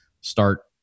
start